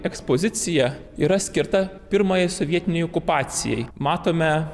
ekspozicija yra skirta pirmajai sovietinei okupacijai matome